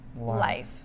life